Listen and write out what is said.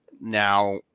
Now